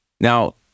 Now